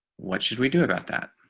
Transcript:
what should we do about that.